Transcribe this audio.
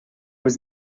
was